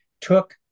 took